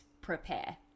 prepare